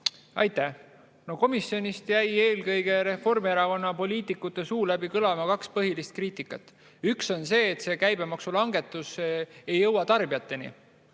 Aitäh! No komisjonis jäi Reformierakonna poliitikute suu läbi kõlama eelkõige kaks põhilist kriitikat. Üks on see, et käibemaksulangetus ei jõua tarbijateni.